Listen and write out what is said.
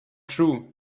true